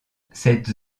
cette